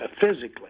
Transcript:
physically